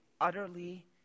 utterly